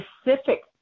specific